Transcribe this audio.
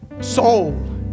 Soul